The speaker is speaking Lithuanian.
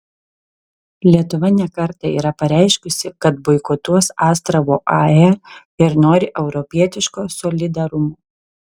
lietuva ne kartą yra pareiškusi kad boikotuos astravo ae ir nori europietiško solidarumo